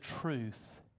truth